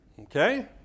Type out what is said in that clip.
okay